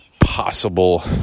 possible